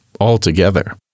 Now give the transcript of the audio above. altogether